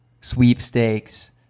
sweepstakes